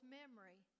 memory